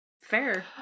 Fair